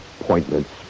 Appointments